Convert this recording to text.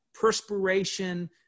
perspiration